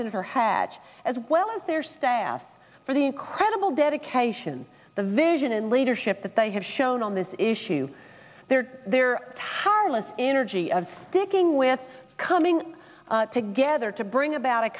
senator hatch as well as their staffs for the incredible dedication the vision and leadership that they have shown on this issue they are there to hire less energy of sticking with coming together to bring about a